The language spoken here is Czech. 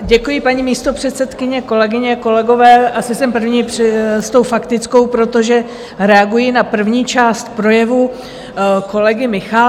Děkuji, paní místopředsedkyně, kolegyně, kolegové, asi jsem první s tou faktickou, protože reaguji na první část projevu kolegy Michálka.